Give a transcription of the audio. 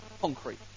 concrete